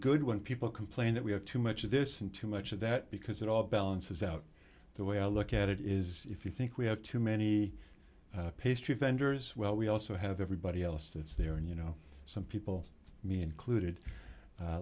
good when people complain that we have too much of this and too much of that because it all balances out the way i look at it is if you think we have too many pastry vendors well we also have everybody else that's there and you know some people me included